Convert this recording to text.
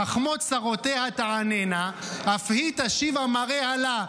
"חכמות שרותיה תענינה אף היא תשיב אמריה לה".